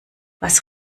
was